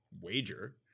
wager